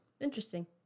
Interesting